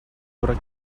лора